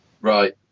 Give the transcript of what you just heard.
Right